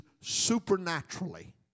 supernaturally